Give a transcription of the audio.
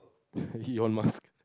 Elon-Musk